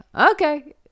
okay